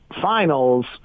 finals